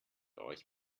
euch